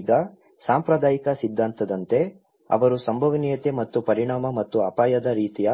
ಈಗ ಸಾಂಪ್ರದಾಯಿಕ ಸಿದ್ಧಾಂತದಂತೆ ಅವರು ಸಂಭವನೀಯತೆ ಮತ್ತು ಪರಿಣಾಮ ಮತ್ತು ಅಪಾಯದ ರೀತಿಯ